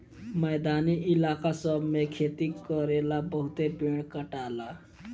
मैदानी इलाका सब मे खेती करेला बहुते पेड़ कटाला